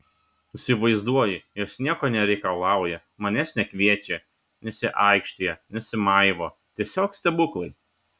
įsivaizduoji jos nieko nereikalauja manęs nekviečia nesiaikštija nesimaivo tiesiog stebuklai